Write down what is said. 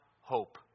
hope